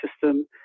system